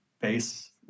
base